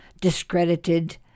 discredited